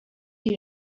you